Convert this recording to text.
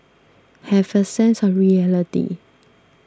have a sense of reality